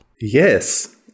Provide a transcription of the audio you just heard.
Yes